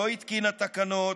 לא התקינה תקנות,